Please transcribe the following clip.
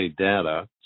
data